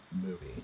movie